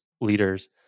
leaders